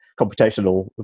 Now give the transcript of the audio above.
computational